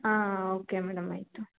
ಹಾಂ okay madam ಆಯ್ತು